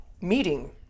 meeting